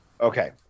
Okay